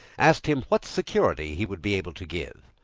asked him what security he would be able to give.